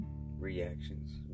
reactions